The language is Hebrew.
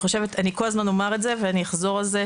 אני כל הזמן אומרת את זה ואני אחזור על זה,